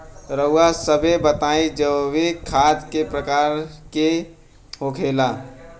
रउआ सभे बताई जैविक खाद क प्रकार के होखेला?